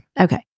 Okay